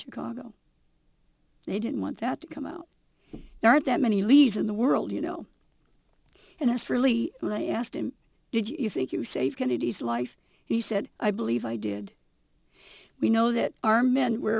chicago and he didn't want that to come out not that many leads in the world you know and that's really what i asked him did you think you saved kennedy's life he said i believe i did we know that our men were